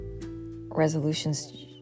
resolutions